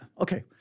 okay